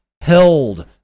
held